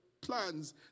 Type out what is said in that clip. plans